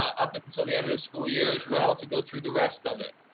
up until the end of the school year as well to go through the rest of it.